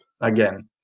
again